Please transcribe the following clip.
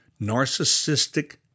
narcissistic